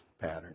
pattern